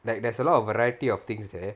like there's a lot of variety of things there